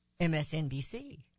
MSNBC